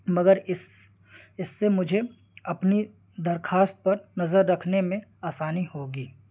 مگر اس اس سے مجھے اپنی درخواست پر نظر رکھنے میں آسانی ہوگی